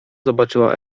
zobaczyła